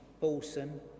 balsam